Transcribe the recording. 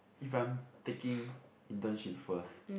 if I'm taking internship first